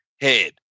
head